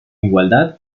igualdad